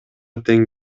тең